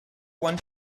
want